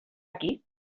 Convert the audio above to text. aquí